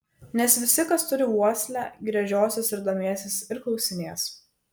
nes visi kas turi uoslę gręžiosis ir domėsis ir klausinės